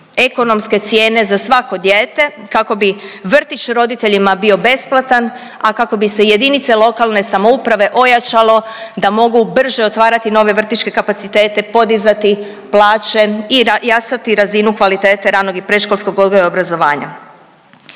ekonomske cijene za svako dijete kako bi vrtić roditeljima bio besplatan, a kako bi se JLS ojačalo da mogu brže otvarati nove vrtićke kapacitete, podizati plaće i jačati razinu kvalitete ranog i predškolskog odgoja i obrazovanja.